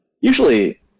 usually